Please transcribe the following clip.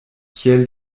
kiel